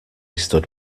stood